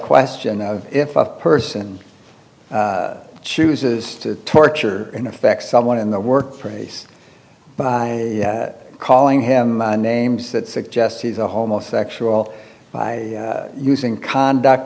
question of if a person chooses to torture in effect someone in the workplace calling him names that suggests he's a homosexual by using conduct